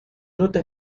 nota